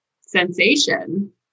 sensation